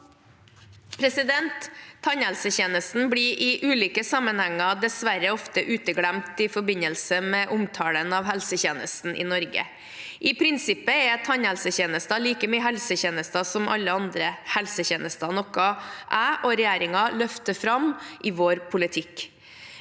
Tannhelsetje- nesten blir i ulike sammenhenger dessverre ofte uteglemt i forbindelse med omtale av helsetjenesten i Norge. I prinsippet er tannhelsetjenester like mye helsetjenester som alle andre helsetjenester, noe jeg og regjeringen løfter fram i vår politikk.